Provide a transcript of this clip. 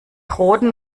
roten